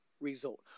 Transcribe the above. result